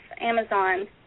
Amazon